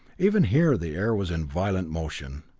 even here the air was in violent motion.